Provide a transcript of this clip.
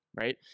Right